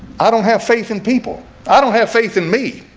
i don't have faith in people i don't have faith in me.